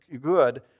good